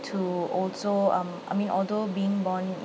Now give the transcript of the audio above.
to also um I mean although being born